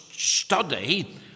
study